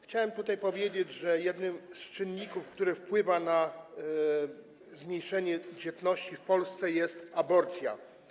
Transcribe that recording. Chciałem powiedzieć, że jednym z czynników, który wpływa na zmniejszenie dzietności w Polsce, jest aborcja.